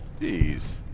Jeez